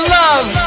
love